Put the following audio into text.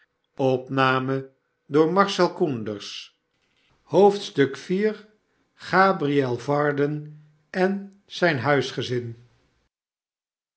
iv gabriel varden en zijn huisgezin